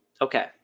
Okay